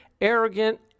arrogant